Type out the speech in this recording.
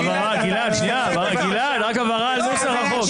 גלעד, רק הבהרה על נוסח החוק.